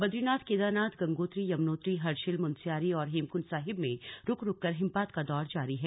बदरीनाथ केदारनाथ गंगोत्रीयमुनोत्री हर्षिल मुनस्यारी और हेमकुंड साहिब में रुक रुक कर हिमपात का दौर जारी है